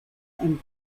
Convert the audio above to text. and